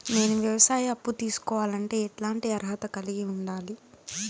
నేను వ్యవసాయ అప్పు తీసుకోవాలంటే ఎట్లాంటి అర్హత కలిగి ఉండాలి?